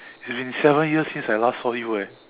it's been seven years since I last saw you eh